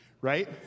Right